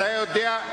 אתה יודע,